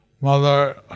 mother